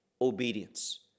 obedience